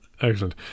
excellent